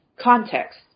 context